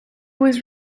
was